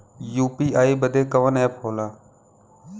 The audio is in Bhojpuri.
यू.पी.आई बदे कवन ऐप होला?